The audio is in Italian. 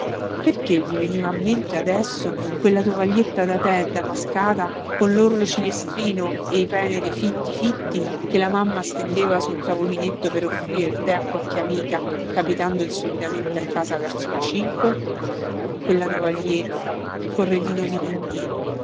perché gli veniva a mente adesso quella tovaglietta da tè damascata con lorlo cilestrino e i peneri fitti fitti che la mamma stendeva su un tavolinetto per offrire il tè a qualche amica capitando insolitamente a casa verso le cinque quella tovaglietta il corredino di